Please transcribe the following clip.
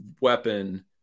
weapon